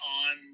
on